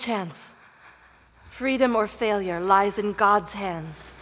chance freedom or failure lies in god's hands